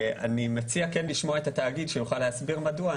אני מציע כן לשמוע את התאגיד שיוכל להסביר מדוע.